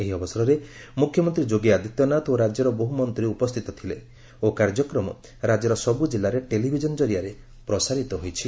ଏହି ଅବସରରେ ମୁଖ୍ୟମନ୍ତ୍ରୀ ଯୋଗୀ ଆଦିତ୍ୟନାଥ ଓ ରାଜ୍ୟର ବହୁ ମନ୍ତ୍ରୀ ଉପସ୍ଥିତ ଥିଲେ ଓ କାର୍ଯ୍ୟକ୍ରମ ରାଜ୍ୟର ସବୁ ଜିଲ୍ଲାରେ ଟେଲିଭିଜନ ଜରିଆରେ ପ୍ରସାରିତ ହୋଇଛି